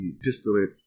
distillate